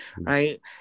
right